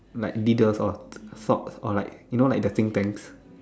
like leaders of thoughts or like you know like the think tank